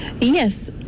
Yes